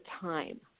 time